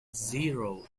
zero